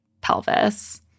pelvis